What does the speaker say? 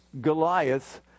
Goliath